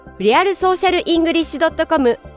realsocialenglish.com